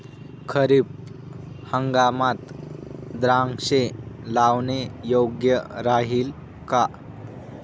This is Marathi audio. खरीप हंगामात द्राक्षे लावणे योग्य राहिल का?